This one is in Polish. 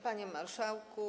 Panie Marszałku!